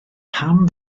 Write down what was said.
pam